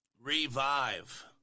Revive